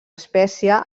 espècie